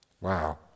Wow